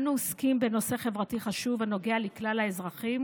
אנו עוסקים בנושא חברתי חשוב הנוגע לכלל האזרחים